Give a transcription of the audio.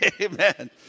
Amen